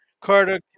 carter